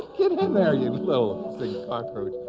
get in there you little cockroach.